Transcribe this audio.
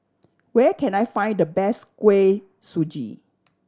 where can I find the best Kuih Suji